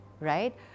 right